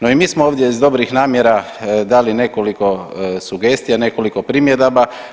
No i mi smo ovdje iz dobrih namjera dali nekoliko sugestija, nekoliko primjedaba.